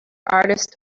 artist